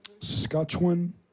Saskatchewan